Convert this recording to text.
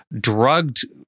drugged